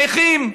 נכים.